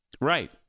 right